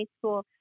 school